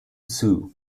sew